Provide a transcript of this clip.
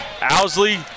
Owsley